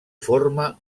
forma